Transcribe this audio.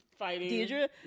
Deidre